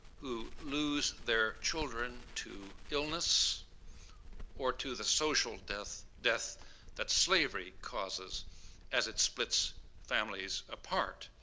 who lose their children to illness or to the social death death that slavery causes as it splits families apart.